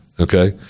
Okay